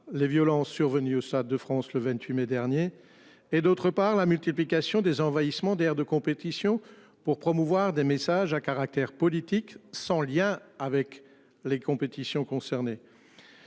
les violences survenues au Stade de France le 28 mai dernier et d'autre part, la multiplication des envahissement d'aires de compétition pour promouvoir des messages à caractère politique sans lien avec les compétitions concernées.